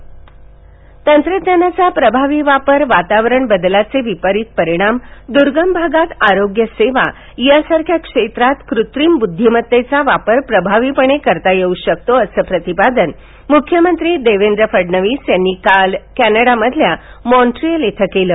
फडणवीसः तंत्रज्ञानाचा प्रभावी वापर वातावरण बदलाचे विपरीत परिणाम द्र्गम भागात आरोग्यसेवा या सारख्या क्षेत्रात कृत्रिम ब्ध्दीमतेचा वापर प्रभावीपणे करता येऊ शकतो असं प्रतिपादन मुख्यमंत्री देवेद्र फडणवीस यांनी काल कॅनडामध्यल्या मॉन्ट्रियल इथं केलं